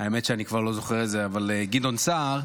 האמת שאני כבר לא זוכר איזה, אבל גדעון סער,